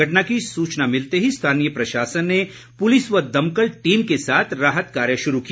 घटना की सूचना मिलते ही स्थानीय प्रशासन ने पुलिस व दमकल टीम के साथ राहत कार्य शुरू किया